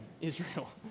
Israel